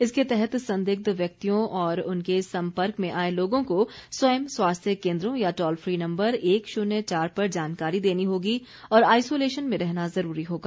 इसके तहत संदिग्ध व्यक्तियों और उनके संपर्क में आए लोगों को स्वयं स्वास्थ्य केन्द्रों या टोल फ्री नम्बर एक शून्य चार पर जानकारी देनी होगी और आइसोलेशन में रहना ज़रूरी होगा